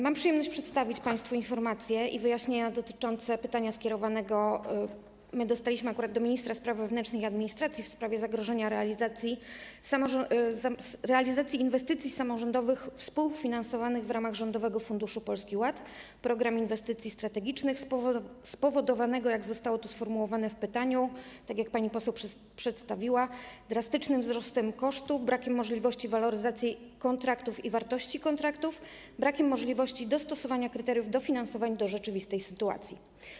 Mam przyjemność przedstawić państwu informacje i wyjaśnienia dotyczące skierowanego do ministra spraw wewnętrznych i administracji pytania w sprawie zagrożenia realizacji inwestycji samorządowych współfinansowanych w ramach Rządowego Funduszu Polski Ład: Program Inwestycji Strategicznych spowodowanego, jak zostało to sformułowane w pytaniu i jak pani poseł to przedstawiła, drastycznym wzrostem kosztów, brakiem możliwości waloryzacji kontraktów i wartości kontraktów, brakiem możliwości dostosowania kryteriów dofinansowań do rzeczywistej sytuacji.